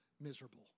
miserable